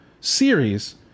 series